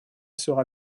sera